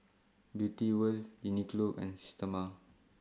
Beauty wear Uniqlo and Systema